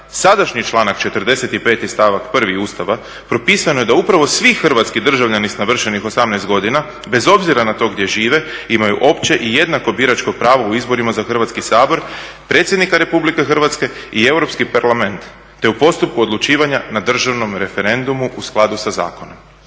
sadašnji članak 45., stavak 1. Ustava, propisano je da upravo svi hrvatski državljani s navršenih 18 godina bez obzira na to gdje žive imaju opće i jednako biračko pravo u izborima za Hrvatski sabor, predsjednika RH i Europski parlament te u postupku odlučivanja na državnom referendumu u skladu sa zakonom.